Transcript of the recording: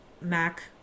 Mac